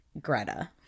greta